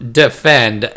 defend